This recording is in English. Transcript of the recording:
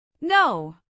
No